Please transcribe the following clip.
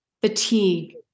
fatigue